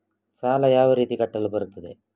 ಸಾಲ ಯಾವ ರೀತಿ ಕಟ್ಟಲು ಬರುತ್ತದೆ?